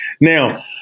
Now